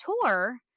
tour